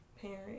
Parent